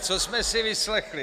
Co jsme si vyslechli?